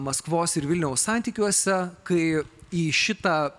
maskvos ir vilniaus santykiuose kai į šitą